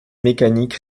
mécanique